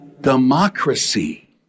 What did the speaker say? democracy